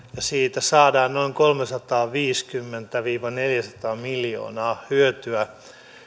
siitä saadaan noin kolmesataaviisikymmentä viiva neljäsataa miljoonaa hyötyä